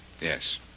Yes